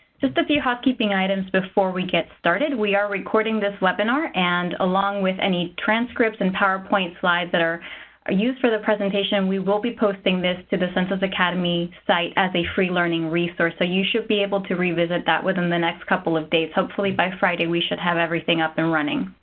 just a few housekeeping items before we get started. we are recording this webinar, and along with any transcripts and powerpoint slides that are are used for the presentation, we will be posting this to the census academy site as a free learning resource. so you should be able to revisit that within the next couple of days. hopefully by friday we should have everything up and running.